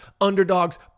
Underdogs